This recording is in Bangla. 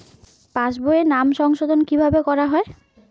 পাশ বইয়ে নাম সংশোধন কিভাবে করা হয়?